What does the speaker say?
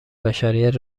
بشریت